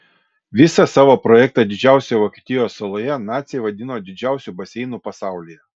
visą savo projektą didžiausioje vokietijos saloje naciai vadino didžiausiu baseinu pasaulyje